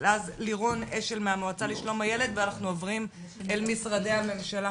ואז לירון אשל מהמועצה לשלום הילד ואנחנו עוברים אל משרדי הממשלה.